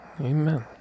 amen